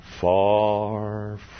far